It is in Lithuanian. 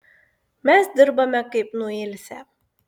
mes dirbame kaip nuilsę